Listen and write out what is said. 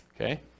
Okay